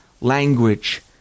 language